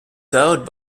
served